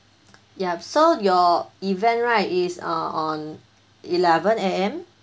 yup so your event right is uh on eleven A_M